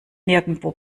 nirgendwo